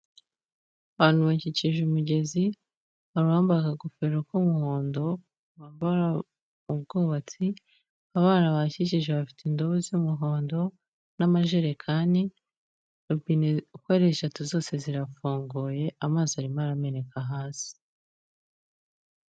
Abantu bakikije umugezi, hari uwambaye akagofero k'umuhondo bambara mu bwubatsi, abana bahakikije bafite indobo z'umuhondo n'amajerekani, robine uko ari eshatu zose zirafunguye amazi arimo arameneka hasi.